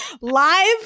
live